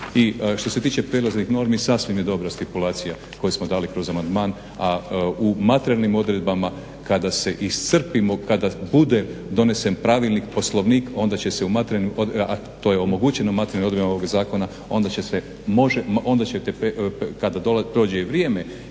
što se tiče prijelaznih normi sasvim je dobra stipulacija koju smo dali kroz amandman, a u materijalnim odredbama kada se iscrpimo kada bude donesen pravilnik poslovnik onda će se … a to je omogućeno u materijalnim odredbama ovog zakona onda … kada prođe i vrijeme